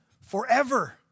forever